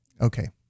Okay